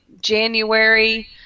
January